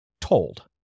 told